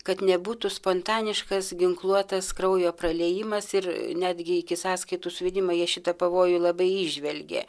kad nebūtų spontaniškas ginkluotas kraujo praliejimas ir netgi iki sąskaitų suvedimo jie šitą pavojų labai įžvelgė